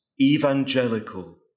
evangelical